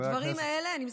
הדברים האלה, אני מסיימת,